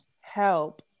help